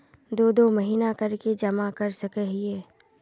दो दो महीना कर के जमा कर सके हिये?